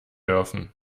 dürfen